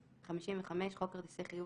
ביטול חוק כרטיסי חיוב 55.חוק כרטיס חיוב,